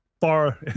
far